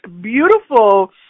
beautiful